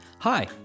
Hi